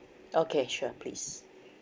okay sure please